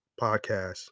podcast